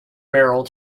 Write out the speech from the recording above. merrill